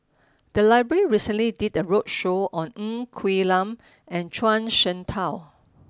the library recently did a roadshow on Ng Quee Lam and Zhuang Shengtao